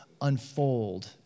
unfold